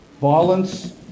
Violence